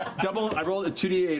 i rolled two d